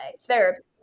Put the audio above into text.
Therapy